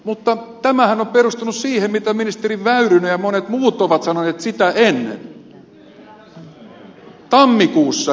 mutta tämähän on perustunut siihen mitä ministeri väyrynen ja monet muut ovat sanoneet sitä ennen jo tammikuussa tänä vuonna